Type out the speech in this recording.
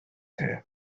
here